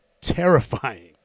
terrifying